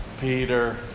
Peter